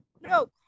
no